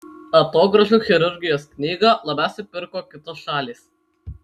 atogrąžų chirurgijos knygą labiausiai pirko kitos šalys